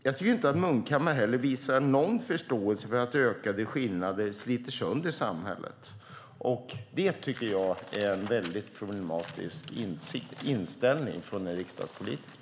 Jag tycker inte heller att Munkhammar visar någon förståelse för att ökade skillnader sliter sönder samhället. Det tycker jag är en mycket problematisk inställning från en riksdagspolitiker.